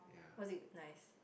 what's it nice